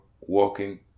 walking